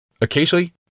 Occasionally